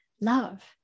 love